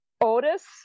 Otis